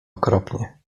okropnie